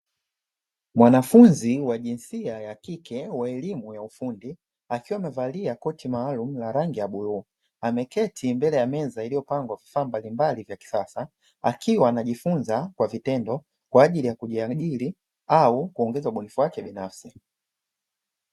Mwanafunzi wa jinsia ya kike wa elimu ya ufundi akiwa amevalia koti maalumu la rangi ya bluu, ameketi mbele ya meza iliyopangwa vifaa mbalimbali vya kisasa, akiwa anajifunza kwa vitendo kwaajili ya kujiajiri au kuongeza ubunifu wake binafsi.